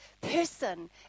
person